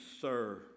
Sir